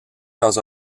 dans